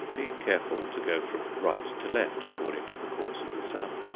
being careful to go from right to left, according to the course of the sun.